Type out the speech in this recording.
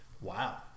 Wow